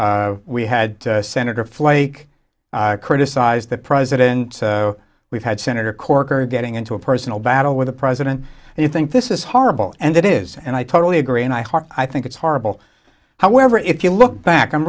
we had senator flake criticize the president we've had senator corker getting into a personal battle with the president and you think this is horrible and it is and i totally agree and i hope i think it's horrible however if you look back i'm